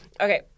Okay